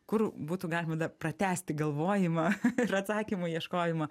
kur būtų galima dar pratęsti galvojimą ir atsakymų ieškojimą